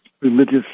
religious